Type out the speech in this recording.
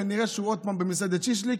כנראה שהוא עוד פעם במסעדת שישליק,